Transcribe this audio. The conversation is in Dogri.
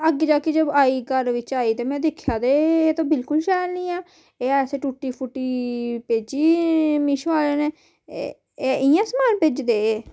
अग्गे जाके जब आई घर बिच्च आई ते मे दिक्खेआ ते एह् ते बिलकुल शैल नेईं ऐ एह् ऐसी टुट्टी फुट्टी भेजी मीशो आह्ले ने ऐ एह् इ'यां समान भेजदे एह्